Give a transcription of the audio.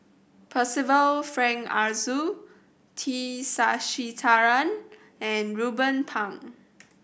Percival Frank Aroozoo T Sasitharan and Ruben Pang